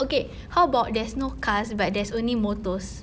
okay how about there's no cars but there's only motors